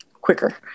quicker